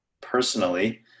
personally